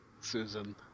Susan